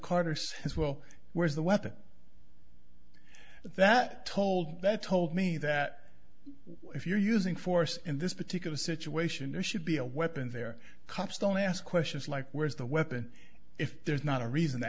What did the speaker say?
carter says well where's the weapon that told that told me that if you're using force in this particular situation there should be a weapon there cops don't ask questions like where's the weapon if there's not a reason